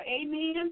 amen